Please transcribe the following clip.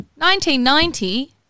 1990